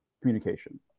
communication